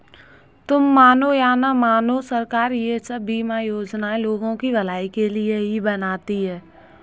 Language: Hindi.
तुम मानो या न मानो, सरकार ये सब बीमा योजनाएं लोगों की भलाई के लिए ही बनाती है